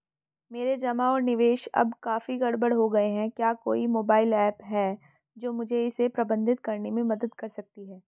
मेरे जमा और निवेश अब काफी गड़बड़ हो गए हैं क्या कोई मोबाइल ऐप है जो मुझे इसे प्रबंधित करने में मदद कर सकती है?